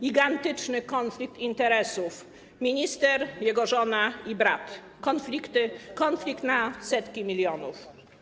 Gigantyczny konflikt interesów: minister, jego żona i brat, konflikt na setki milionów.